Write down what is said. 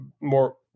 more